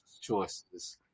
choices